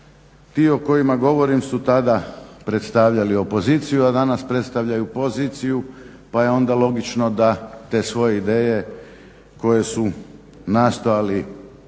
Ti o kojima govorim su tada predstavljali opoziciju, a danas predstavljaju poziciju pa je onda logično da te svoje ideje koje su nastojali